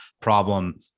problem